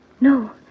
No